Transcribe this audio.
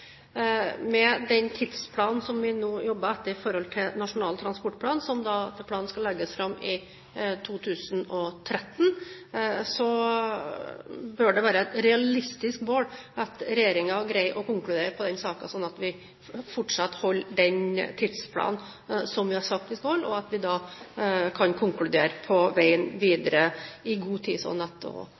Med den tidsplanen som vi nå jobber etter med Nasjonal transportplan, som etter planen skal legges fram i 2013, bør det være et realistisk mål at regjeringen greier å konkludere i den saken, slik at vi fortsatt holder den tidsplanen som vi har sagt at vi skal holde, og at vi kan konkludere på veien videre i god tid, sånn at komiteen får behandlet dette spørsmålet på en grundig og